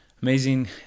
Amazing